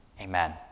amen